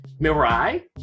Mirai